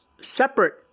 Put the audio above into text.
separate